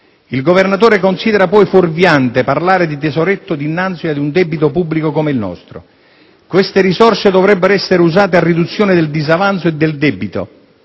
Il Governatore considera poi fuorviante parlare di "tesoretto" dinanzi a un debito pubblico come il nostro: "Queste risorse dovrebbero essere usate a riduzione del disavanzo e del debito